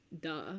duh